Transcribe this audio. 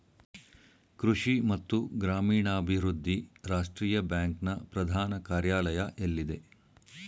ಕೃಷಿ ಮತ್ತು ಗ್ರಾಮೀಣಾಭಿವೃದ್ಧಿ ರಾಷ್ಟ್ರೀಯ ಬ್ಯಾಂಕ್ ನ ಪ್ರಧಾನ ಕಾರ್ಯಾಲಯ ಎಲ್ಲಿದೆ?